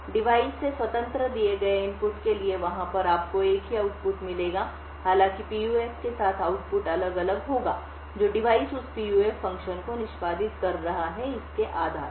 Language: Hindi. डिवाइस से स्वतंत्र दिए गए इनपुट के लिए वहाँ पर आपको एक ही आउटपुट मिलेगा हालाँकि PUF के साथ आउटपुट अलग अलग होगा जो डिवाइस उस PUF फ़ंक्शन को निष्पादित कर रहा है इसके आधार पर